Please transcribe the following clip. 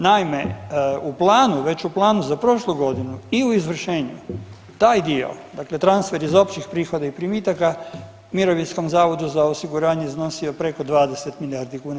Naime, u planu, već u planu za prošlu godinu i u izvršenju taj dio dakle transfer iz općih prihoda i primitaka mirovinskom zavodu za osiguranje iznosio preko 20 milijardi kuna.